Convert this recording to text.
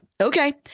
okay